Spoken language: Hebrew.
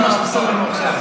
זה מה שחסר לנו עכשיו.